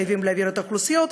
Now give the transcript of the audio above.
חייבים להעביר את האוכלוסיות.